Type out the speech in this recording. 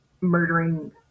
murdering